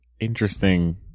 interesting